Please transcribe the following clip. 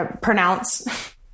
pronounce